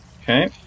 Okay